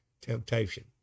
temptation